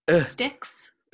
sticks